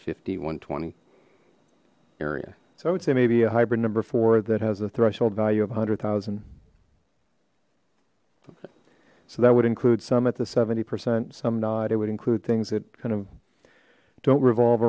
twenty area so i would say maybe a hybrid number for that has a threshold value of a hundred thousand so that would include some at the seventy percent some not it would include things that kind of don't revolve